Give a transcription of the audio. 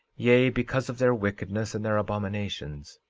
yea, because of their wickedness and their abominations.